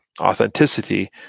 authenticity